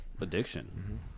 addiction